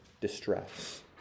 distress